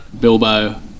Bilbo